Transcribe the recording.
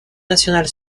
nationale